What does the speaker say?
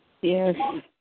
Yes